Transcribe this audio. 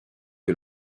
que